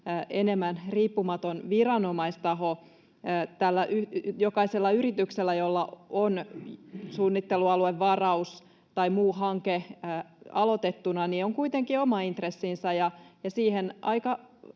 enemmän riippumaton viranomaistaho. Jokaisella yrityksellä, jolla on suunnittelualuevaraus tai muu hanke aloitettuna, on kuitenkin oma intressinsä, ja siihen aika